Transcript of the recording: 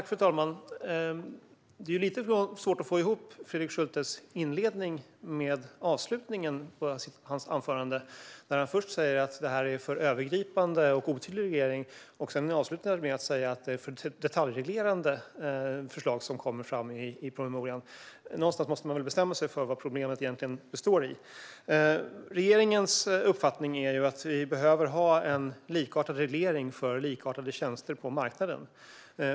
Fru talman! Det är lite svårt att få ihop Fredrik Schultes inledning med avslutningen på hans anförande. Först säger han att detta är en för övergripande och otydlig reglering, och sedan avslutar han med att säga att det är för detaljreglerande förslag i promemorian. Någonstans måste man väl bestämma sig för vad problemet egentligen består i. Regeringens uppfattning är att vi behöver ha en likartad reglering för likartade tjänster på marknaden.